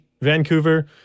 Vancouver